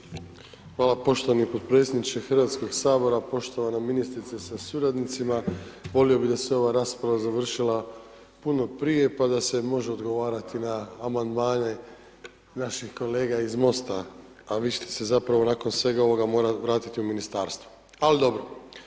Hvala poštovani potpredsjedniče Hrvatskog sabora, poštovana ministrice sa suradnicima, volio bi da se je ova rasprava završila puno prije, pa da se može odgovarati na amandmane, naših kolega iz Mosta, a vi ćete se zapravo nakon svega morati vratiti u ministarstvo, ali dobro.